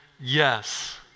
yes